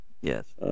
Yes